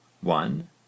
one